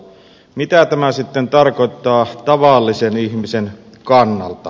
mitä tämä sitten tarkoittaa tavallisen ihmisen kannalta